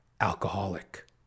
alcoholic